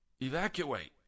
evacuate